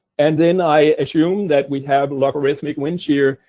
and then, i assume that we have logarithmic winds here,